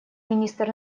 министр